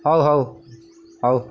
ହଉ ହଉ ହଉ